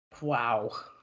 Wow